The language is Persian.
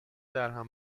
درهم